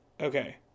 Okay